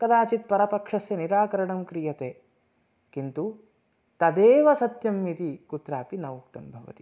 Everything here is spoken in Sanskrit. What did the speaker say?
कदाचित् परपक्षस्य निराकरणं क्रियते किन्तु तदेव सत्यम् इति कुत्रापि न उक्तं भवति